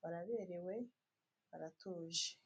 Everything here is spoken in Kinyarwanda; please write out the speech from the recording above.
baraberewe, baratuje.